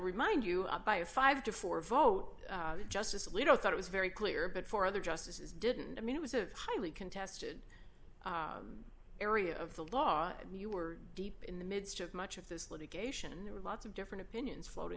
remind you of by a five to four vote justice alito thought it was very clear but for other justices didn't mean it was a highly contested area of the law and you were deep in the midst of much of this litigation there were lots of different opinions floating